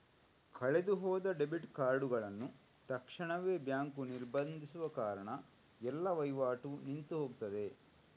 ಕಳೆದು ಹೋದ ಡೆಬಿಟ್ ಕಾರ್ಡುಗಳನ್ನ ತಕ್ಷಣವೇ ಬ್ಯಾಂಕು ನಿರ್ಬಂಧಿಸುವ ಕಾರಣ ಎಲ್ಲ ವೈವಾಟು ನಿಂತು ಹೋಗ್ತದೆ